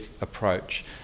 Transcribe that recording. approach